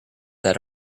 that